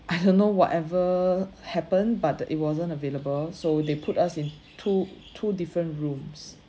I don't know whatever happen but it wasn't available so they put us in two two different rooms